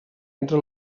entre